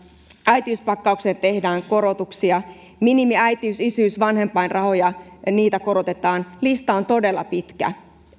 äitiyspakkaukseen tehdään korotuksia minimejä äitiys isyys vanhempainrahoissa korotetaan lista on todella pitkä